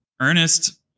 Ernest